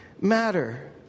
matter